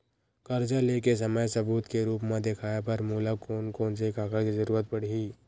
कर्जा ले के समय सबूत के रूप मा देखाय बर मोला कोन कोन से कागज के जरुरत पड़ही?